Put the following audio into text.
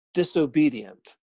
disobedient